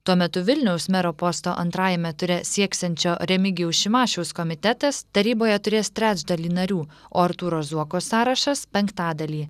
tuo metu vilniaus mero posto antrajame ture sieksiančio remigijaus šimašiaus komitetas taryboje turės trečdalį narių o artūro zuoko sąrašas penktadalį